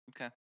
Okay